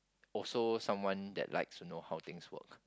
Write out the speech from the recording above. also someone that likes to know how things work